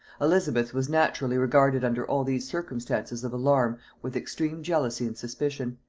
elizabeth was naturally regarded under all these circumstances of alarm with extreme jealousy and suspicion.